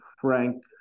frank